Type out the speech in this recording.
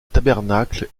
tabernacle